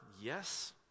Yes